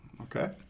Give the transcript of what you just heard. Okay